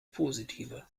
positiver